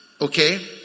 Okay